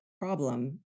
problem